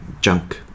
junk